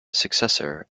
successor